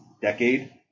decade